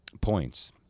points